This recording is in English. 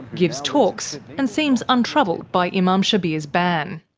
gives talks, and seems untroubled by imam shabir's ban.